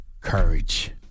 courage